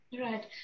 Right